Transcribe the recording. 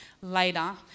later